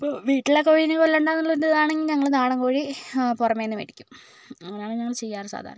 ഇപ്പോൾ വീട്ടിലൊക്കെ കോഴിയെ കൊല്ലണ്ട എന്ന ഇത് ആണെങ്കിൽ ഞങ്ങൾ നാടൻ കോഴി പുറമെയെന്ന് മേടിക്കും അങ്ങനെയാണ് നമ്മൾ ചെയ്യാറ് സാധാരണ